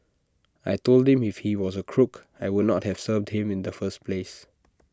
I Told him if he was A crook I would not have served him in the first place